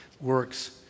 works